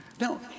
now